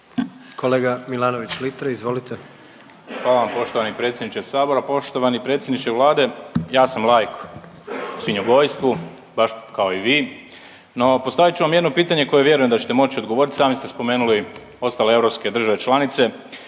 Marko (Hrvatski suverenisti)** Hvala vam poštovani predsjedniče Sabora. Poštovani predsjedniče Vlade ja sam laik u svinjogojstvu baš kao i vi, no postavit ću vam jedno pitanje koje vjerujem da ćete moći odgovoriti. Sami ste spomenuli ostale europske države članice.